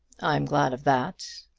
i'm glad of that!